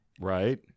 Right